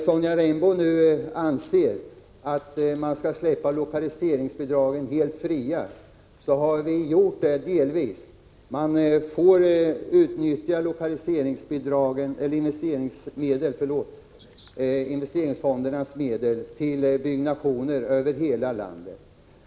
Sonja Rembo anser att man skall släppa investeringsfondsmedlen helt fria. Det har vi gjort delvis. Man får utnyttja investeringsfondsmedel till byggnationer över hela landet.